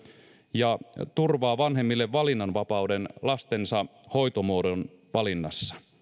ja turvaa vanhemmille valinnanvapauden lastensa hoitomuodon valinnassa